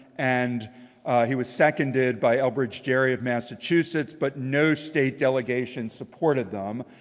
and he was seconded by elbridge gerry of massachusetts. but no state delegation supported them.